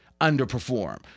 underperform